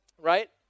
Right